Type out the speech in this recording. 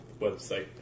website